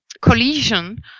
collision